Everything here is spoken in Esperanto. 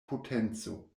potenco